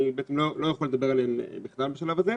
אני לא יכול לדבר עליהם בכלל בשלב הזה.